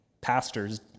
pastors